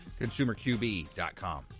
ConsumerQB.com